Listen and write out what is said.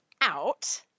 out